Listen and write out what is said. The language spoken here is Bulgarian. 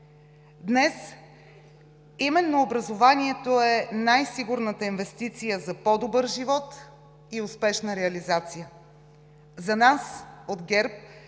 Днес именно образованието е най-сигурната инвестиция за по-добър живот и успешна реализация. За нас от ГЕРБ